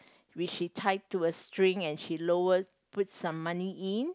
which she tied to a string and she lowered put some money in